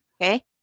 okay